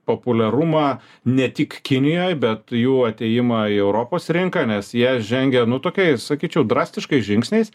populiarumą ne tik kinijoj bet jų atėjimą į europos rinką nes jie žengia nu tokiai sakyčiau drastiškais žingsniais